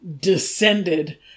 descended